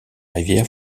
rivière